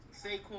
Saquon